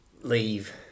Leave